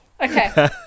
Okay